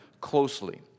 closely